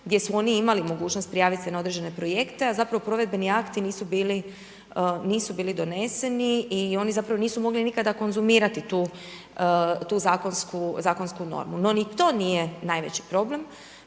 gdje su oni imali mogućnost prijavit se na određene projekte. A zapravo provedbeni akti nisu bili doneseni i oni zapravo nisu mogli nikada konzumirati tu zakonsku normu. No ni to nije najveći problem.